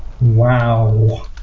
Wow